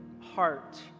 heart